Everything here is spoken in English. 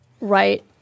right